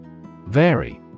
Vary